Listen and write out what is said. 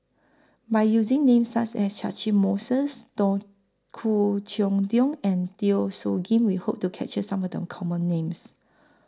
By using Names such as Catchick Moses Khoo Cheng Tiong and Teo Soon Kim We Hope to capture Some of The Common Names